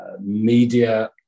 media